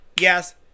yes